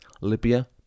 libya